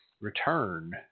return